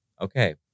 Okay